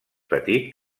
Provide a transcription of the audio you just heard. petit